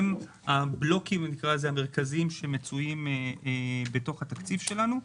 הם הבלוקים המרכזיים שמצויים בתוך התקציב שלנו.